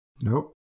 Nope